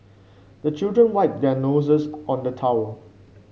the children wipe their noses on the towel